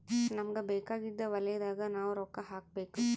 ನಮಗ ಬೇಕಾಗಿದ್ದ ವಲಯದಾಗ ನಾವ್ ರೊಕ್ಕ ಹಾಕಬೇಕು